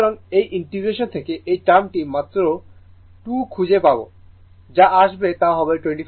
সুতরাং এই ইন্টিগ্রেশন থেকে এই টার্মটি মাত্র 2 খুঁজে পাব যা আসবে তা হবে 252